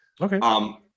Okay